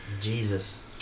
Jesus